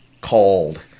called